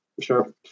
Sure